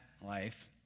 life